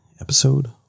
episode